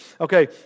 Okay